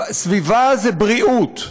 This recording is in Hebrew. סביבה זה בריאות,